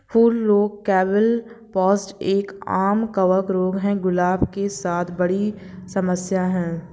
फूल रोग black spot एक, आम कवक रोग है, गुलाब के साथ बड़ी समस्या है